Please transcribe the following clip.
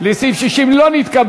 לסעיף 60 לשנת 2016 לא נתקבלו.